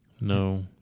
No